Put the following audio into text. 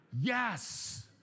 Yes